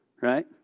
right